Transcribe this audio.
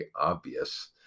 obvious